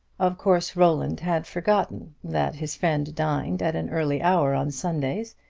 of course roland had forgotten that his friend dined at an early hour on sundays,